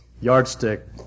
yardstick